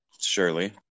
Surely